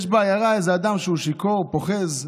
יש בעיירה איזה אדם שהוא שיכור, פוחז.